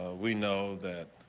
we know that.